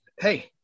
hey